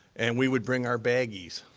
and we would bring our baggies.